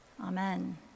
Amen